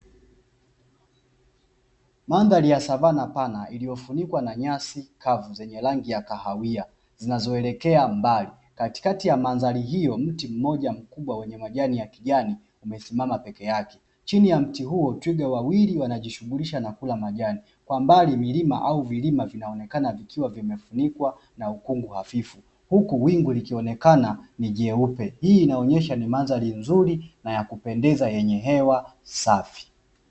Mandhari ya savanna pana iliofunikwa na nyasi kavu zenye rangi ya kahawia zinazoelekea mbali katikati ya mandhari hio mti mmoja mkubwa wenye majani ya kijani umesimama peke yake. Chini ya mti huo twiga wawili wanajishughulisha na kula majani kwa mbali milima au vilima vinaonekana vikiwa vimefunikwa na ukungu hafifu, huku wingu likionekana jeupe hii inaonesha mandhari nzuri na ya kupendeza na yenye hewa safi.